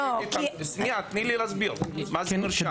תני לי להסביר מה זה מרשם.